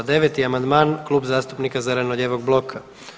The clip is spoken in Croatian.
Deveti amandman Klub zastupnika Zeleno-lijevog bloka.